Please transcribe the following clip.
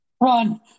Run